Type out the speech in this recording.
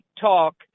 talk